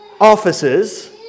offices